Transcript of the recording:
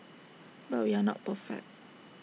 but we are not perfect